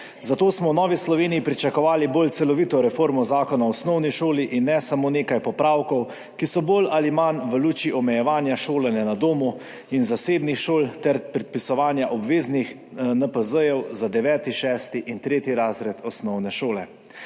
zato smo v Novi Sloveniji pričakovali bolj celovito reformo Zakona o osnovni šoli in ne samo nekaj popravkov, ki so bolj ali manj v luči omejevanja šolanja na domu in zasebnih šol ter predpisovanja obveznih NPZ-jev za 9., 6. in 3. razred osnovne šole.